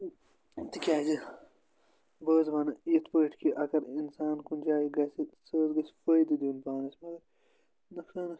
تِکیازِ بہٕ حظ وَنہٕ یِتھ پٲٹھۍ کہِ اگر اِنسان کُنہِ جایہِ گژھِ سُہ حظ گژھِ فٲیدٕ دیُن پانَس مگر نقصانَس